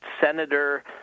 Senator